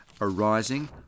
arising